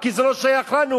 כי זה לא שייך לנו,